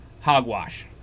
hogwash